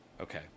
Okay